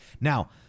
Now